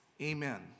Amen